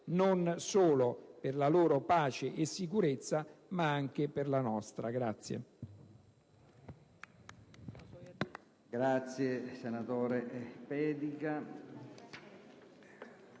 non solo per la loro pace e sicurezza, ma anche per la nostra.